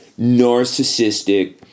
narcissistic